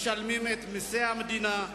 משלמים את מסי המדינה,